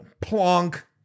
plonk